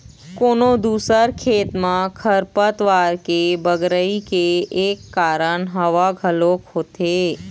कोनो दूसर खेत म खरपतवार के बगरई के एक कारन हवा घलोक होथे